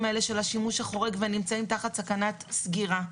האלה של השימוש החורג ונמצאים תחת סכנת סגירה.